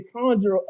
conjure